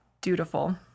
dutiful